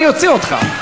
אני אוציא אותך.